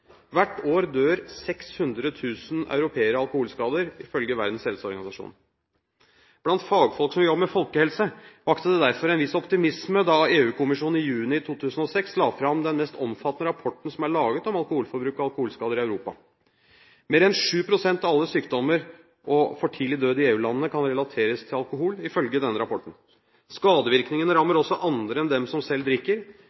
Hvert år dør 600 000 europeere av alkoholskader, ifølge Verdens helseorganisasjon. Blant fagfolk som jobber med folkehelse, vakte det derfor en viss optimisme da EU-kommisjonen i juni 2006 la fram den mest omfattende rapporten som er laget om alkoholforbruk og alkoholskader i Europa. Mer enn 7 pst. av alle sykdommer og for tidlig død i EU-landene kan relateres til alkohol, ifølge denne rapporten. Skadevirkningene rammer